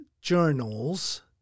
journals